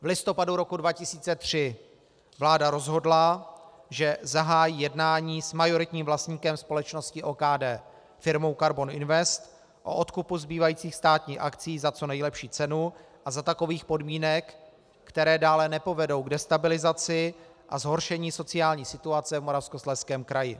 V listopadu roku 2003 vláda rozhodla, že zahájí jednání s majoritním vlastníkem společnosti OKD, firmou Karbon Invest, o odkupu zbývajících státních akcií za co nejlepší cenu a za takových podmínek, které dále nepovedou k destabilizaci a zhoršení sociální situace v Moravskoslezském kraji.